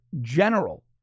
General